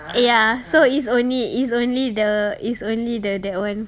ya so it's only it's only the it's only the that [one]